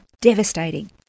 devastating